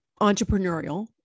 entrepreneurial